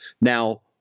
now